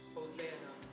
Hosanna